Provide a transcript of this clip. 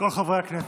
כל חברי הכנסת.